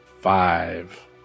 Five